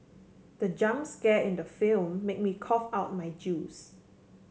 the jump scare in the film made me cough out my juice